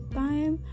time